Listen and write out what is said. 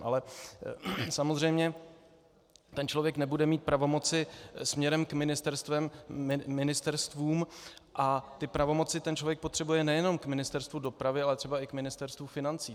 Ale samozřejmě ten člověk nebude mít pravomoci směrem k ministerstvům a ty pravomoci ten člověk potřebuje nejenom k Ministerstvu dopravy, ale třeba i k Ministerstvu financí.